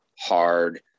hard